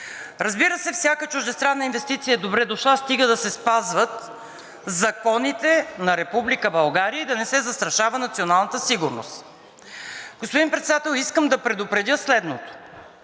Разбира се, всяка чуждестранна инвестиция е добре дошла, стига да се спазват законите на Република България и да не се застрашава националната сигурност. Господин Председател, искам да предупредя следното: